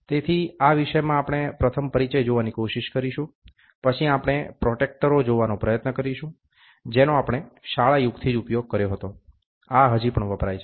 તેથી આ વિષય માં આપણે પ્રથમ પરિચય જોવાની કોશિશ કરીશું પછી આપણે પ્રોટેકટરો જોવાનો પ્રયત્ન કરીશું જેનો આપણે શાળાયુગથી જ ઉપયોગ કર્યો હતો આ હજી પણ વપરાય છે